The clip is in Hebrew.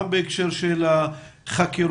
גם בהקשר של החקירות,